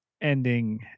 ending